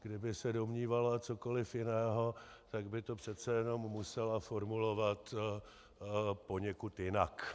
Kdyby se domnívala cokoliv jiného, tak by to přece jenom musela formulovat poněkud jinak.